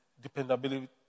dependability